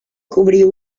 cobriu